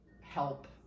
help